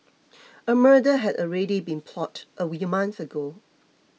a murder had already been plotted a month ago